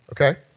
okay